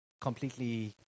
completely